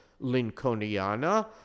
lincolniana